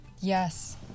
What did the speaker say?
Yes